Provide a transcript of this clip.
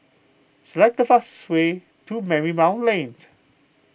select the fastest way to Marymount Lane